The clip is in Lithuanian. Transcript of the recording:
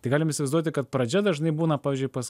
tai galim įsivaizduoti kad pradžia dažnai būna pavyzdžiui pas